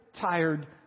tired